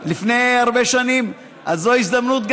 לפני הרבה שנים, אז זו הזדמנות.